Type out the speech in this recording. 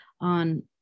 on